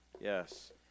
yes